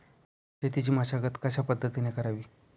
शेतीची मशागत कशापद्धतीने करावी?